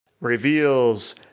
Reveals